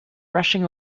rushing